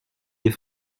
des